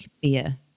beer